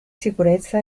sicurezza